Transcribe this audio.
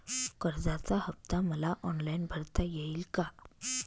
कर्जाचा हफ्ता मला ऑनलाईन भरता येईल का?